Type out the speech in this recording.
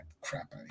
crap